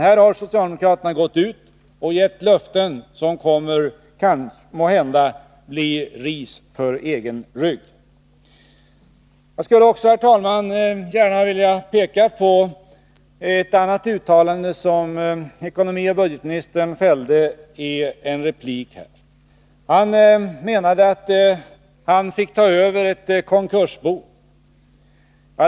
Här har socialdemokraterna gett löften som måhända kommer att innebära att de har bundit ris åt egen rygg. Jag skulle också, herr talman, gärna vilja peka på ett annat uttalande som ekonomioch budgetministern fällde i en replik här. Han menade att han fick ta över ett konkursbo.